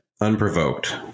unprovoked